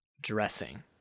dressing